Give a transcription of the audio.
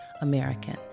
American